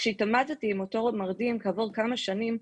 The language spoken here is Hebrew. כאשר התעמתתי עם אותו מרדים כעבור כמה שנים,